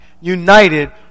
united